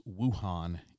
Wuhan